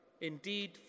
Indeed